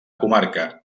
comarca